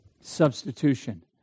Substitution